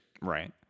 Right